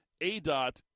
ADOT